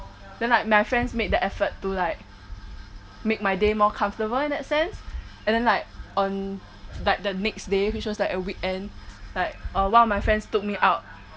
then like my friends made the effort to like make my day more comfortable in that sense and then like on that the next day which was like a weekend like uh one of my friends took me out